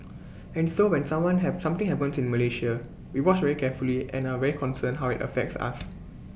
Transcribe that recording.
and so when someone have something happens to Malaysia we watch very carefully and are very concerned how IT affects us